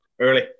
early